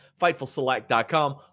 FightfulSelect.com